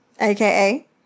aka